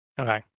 Okay